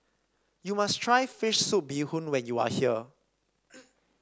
you must try fish soup Bee Hoon when you are here